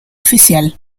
oficial